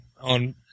on